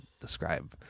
describe